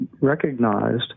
recognized